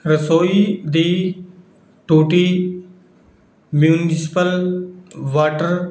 ਰਸੋਈ ਦੀ ਟੂਟੀ ਮਿਊਂਸਪਲ ਵਾਟਰ